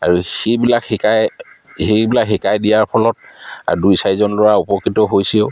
আৰু সেইবিলাক শিকাই সেইবিলাক শিকাই দিয়াৰ ফলত দুই চাৰিজন ল'ৰা উপকৃত হৈছেও